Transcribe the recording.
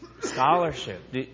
scholarship